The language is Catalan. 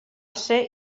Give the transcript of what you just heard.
ser